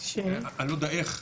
אני לא יודע איך,